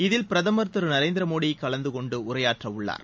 இதில் பிரதமர் திரு நரேந்திர மோடி கலந்து கொண்டு உரையாற்றவுள்ளார்